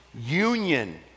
union